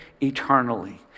eternally